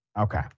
Okay